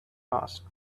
asked